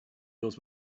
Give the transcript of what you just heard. doors